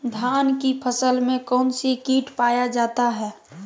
धान की फसल में कौन सी किट पाया जाता है?